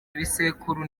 ibisekuru